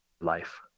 life